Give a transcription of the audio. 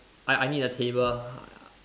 I I need a table uh